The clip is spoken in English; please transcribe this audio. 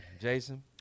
Jason